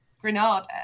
Grenada